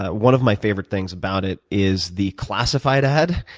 ah one of my favorite things about it is the classified ad.